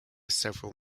several